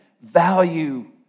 value